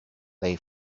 they